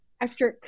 extra